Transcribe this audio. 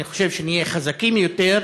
נהיה חזקים יותר,